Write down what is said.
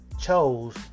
chose